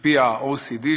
על-פי ה-OECD,